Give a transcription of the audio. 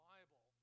Bible